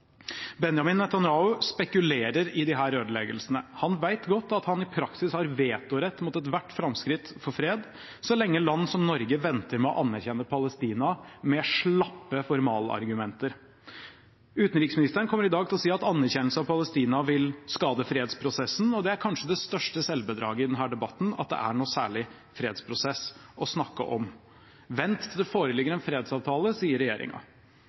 spekulerer i disse ødeleggelsene. Han vet godt at han i praksis har vetorett mot ethvert framskritt for fred – så lenge land som Norge venter med å anerkjenne Palestina med slappe formalargumenter. Utenriksministeren kommer i dag til å si at anerkjennelse av Palestina vil skade fredsprosessen – og det er kanskje det største selvbedraget i denne debatten at det er noen særlig fredsprosess å snakke om. Vent til det foreligger en fredsavtale, sier